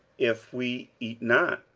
if we eat not,